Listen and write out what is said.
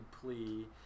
plea